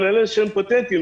גם לאלה שהם פוטנטיים,